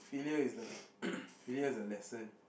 failure is like failure is a lesson